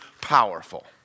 powerful